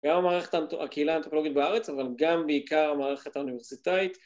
גם המערכת הקהילה האנתרופולוגית בארץ, אבל גם בעיקר המערכת האוניברסיטאית